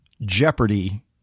Jeopardy